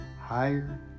higher